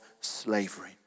slavery